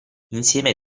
insieme